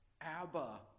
Abba